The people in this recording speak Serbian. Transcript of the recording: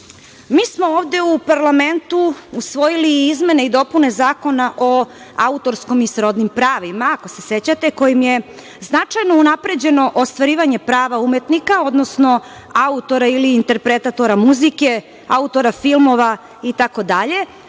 smo ovde u parlamentu usvojili izmene i dopune Zakona o autorskom i srodnim pravima, ako sećate, kojim je značajno unapređeno ostvarivanje prava umetnika, odnosno autora ili interpretatora muzike, autora filmova itd,